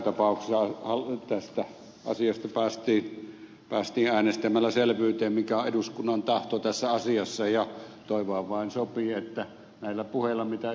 joka tapauksessa tästä asiasta päästiin äänestämällä selvyyteen mikä on eduskunnan tahto tässä asiassa ja toivoa vain sopii että näillä puheilla mitä ed